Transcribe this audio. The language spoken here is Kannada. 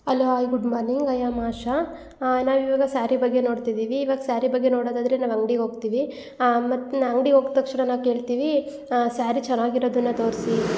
hello hi good morning I am Asha ನಾವು ಇವಾಗ ಸ್ಯಾರಿ ಬಗ್ಗೆ ನೋಡ್ತಿದ್ದೀವಿ ಇವಾಗ ಸ್ಯಾರಿ ಬಗ್ಗೆ ನೋಡೋದಾದರೆ ನಾವು ಅಂಗ್ಡಿಗೆ ಹೋಗ್ತೀವಿ ಮತ್ತು ನಾ ಅಂಗ್ಡಿಗೆ ಹೋದ ತಕ್ಷಣ ನಾವು ಕೇಳ್ತೀವಿ ಸ್ಯಾರಿ ಚೆನ್ನಾಗಿರೋದನ್ನ ತೋರಿಸಿ